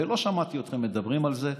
ולא שמעתי אתכם מדברים על זה,